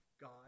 God